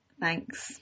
Thanks